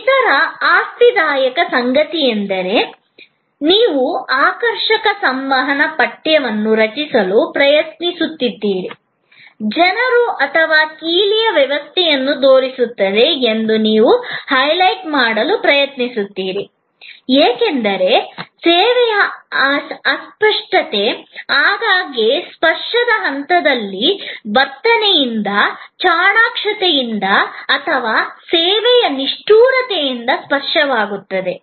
ಇತರ ಆಸಕ್ತಿದಾಯಕ ಸಂಗತಿಯೆಂದರೆ ನೀವು ಆಕರ್ಷಕ ಸಂವಹನ ಪಠ್ಯವನ್ನು ರಚಿಸಲು ಪ್ರಯತ್ನಿಸುತ್ತೀರಿ ಜನರು ಅಥವಾ ಕೀಲಿಯು ವ್ಯತ್ಯಾಸವನ್ನು ತೋರಿಸುತ್ತದೆ ಎಂದು ನೀವು ಹೈಲೈಟ್ ಮಾಡಲು ಪ್ರಯತ್ನಿಸುತ್ತೀರಿ ಏಕೆಂದರೆ ಸೇವೆಯ ಅಸ್ಪಷ್ಟತೆಯು ಆಗಾಗ್ಗೆ ಸ್ಪರ್ಶದ ಹಂತದಲ್ಲಿ ವರ್ತನೆಯಿಂದ ಚಾಣಾಕ್ಷತೆಯಿಂದ ಅಥವಾ ಸೇವೆಯ ನಿಷ್ಠುರತೆಯಿಂದ ಸ್ಪರ್ಶವಾಗುತ್ತದೆ